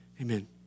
Amen